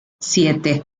siete